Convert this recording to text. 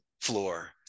floor